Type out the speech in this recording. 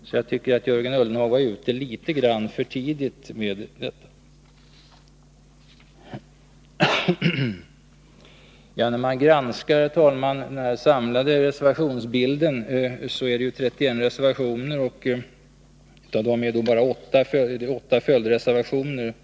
Jag tycker alltså att Jörgen Ullenhag har varit ute litet grand för tidigt med detta. Herr talman! När man granskar den samlade reservationsbilden hittar man 31 reservationer, och av dem är 8 följdreservationer.